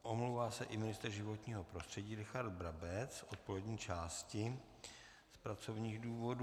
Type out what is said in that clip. Omlouvá se i ministr životního prostředí Richard Brabec z odpolední části z pracovních důvodů.